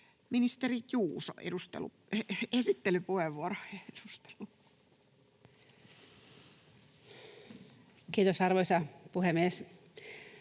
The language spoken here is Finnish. Ministeri Juuso, esittelypuheenvuoro. Kiitos, arvoisa puhemies!